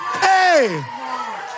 hey